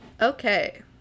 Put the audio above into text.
okay